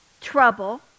trouble